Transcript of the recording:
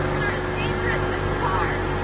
and are as dangerous as cars.